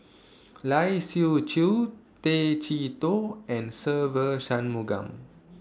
Lai Siu Chiu Tay Chee Toh and Se Ve Shanmugam